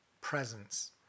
presence